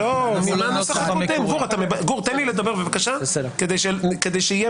ואתה מדבר על הכפלת הכוח השלטוני אופוזיציה